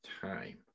time